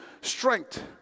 strength